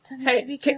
Hey